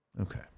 Okay